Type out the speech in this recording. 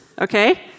okay